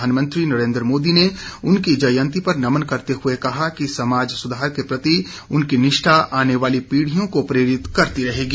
प्रधानमंत्री नरेन्द्र मोदी ने उनकी जयंती पर नमन करते हुए कहा कि समाज सुधार के प्रति उनकी निष्ठा आने वाली पीड़ियों को प्रेरित करती रहेगी